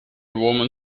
woman